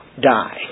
die